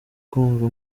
kumva